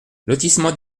lotissement